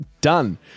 done